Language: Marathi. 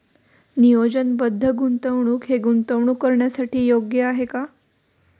नियोजनबद्ध गुंतवणूक हे गुंतवणूक करण्यासाठी योग्य आहे का?